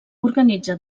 organitza